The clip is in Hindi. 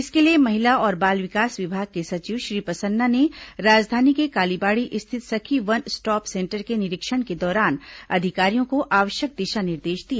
इसके लिए महिला और बाल विकास विभाग के सचिव श्री प्रसन्ना ने राजधानी के कालीबाड़ी स्थित सखी वन स्टॉप सेंटर के निरीक्षण के दौरान अधिकारियों को आवश्यक दिशा निर्देश दिए